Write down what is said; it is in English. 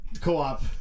co-op